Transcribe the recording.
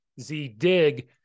Z-dig